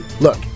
Look